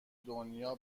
دنیا